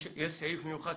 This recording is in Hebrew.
יש סעיף מיוחד?